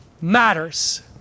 matters